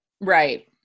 Right